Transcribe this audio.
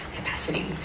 capacity